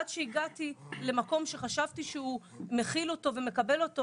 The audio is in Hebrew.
עד שהגעתי למקום שחשבתי שהוא מכיל אותו ומקבל אותו.